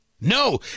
No